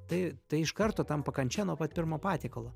tai tai iš karto tampa kančia nuo pat pirmo patiekalo